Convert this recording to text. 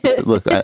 look